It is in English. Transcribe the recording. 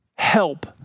Help